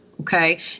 Okay